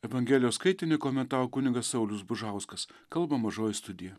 evangelijos skaitinį komentavo kunigas saulius bužauskas kalba mažoji studija